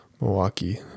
Milwaukee